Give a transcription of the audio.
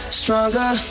stronger